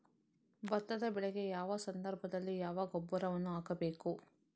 ಭತ್ತದ ಬೆಳೆಗೆ ಯಾವ ಸಂದರ್ಭದಲ್ಲಿ ಯಾವ ಗೊಬ್ಬರವನ್ನು ಹಾಕಬೇಕು?